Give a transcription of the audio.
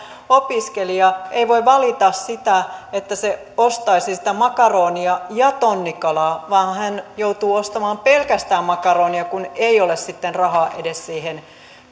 opiskelija ei voi valita sitä että ostaisi sitä makaronia ja tonnikalaa vaan hän joutuu ostamaan pelkästään makaronia kun ei ole sitten rahaa edes siihen